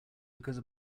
because